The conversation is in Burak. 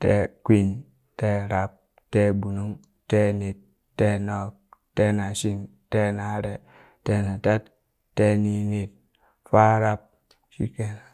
teekwin, teerab, teegbunung, teenet, teenub, teenashin, teenare, teenatad, teeninit, farab shike nan.